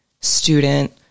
student